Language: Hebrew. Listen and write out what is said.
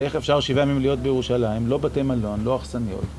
איך אפשר שבעה ימים להיות בירושלים, לא בתי מלון, לא אכסניות?